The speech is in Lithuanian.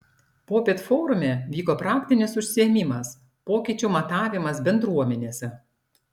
popiet forume vyko praktinis užsiėmimas pokyčių matavimas bendruomenėse